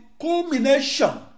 culmination